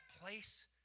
place